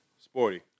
Sporty